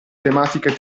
tematiche